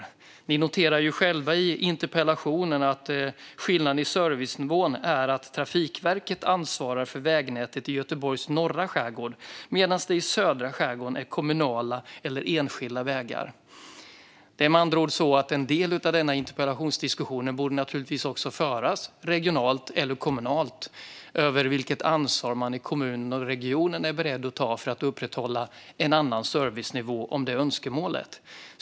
Interpellanten noterar ju själv i interpellationen att skillnaden i servicenivå är att Trafikverket ansvarar för vägnätet i Göteborgs norra skärgård, medan det i södra skärgården är kommunala eller enskilda vägar. Med andra ord borde en del av denna interpellationsdiskussion naturligtvis också föras regionalt och kommunalt om vilket ansvar man i kommunen och regionen är beredda att ta för att upprätthålla en annan servicenivå om det är önskemålet.